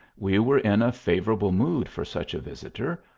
we were in a favourable mood for such a vis itor,